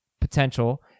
potential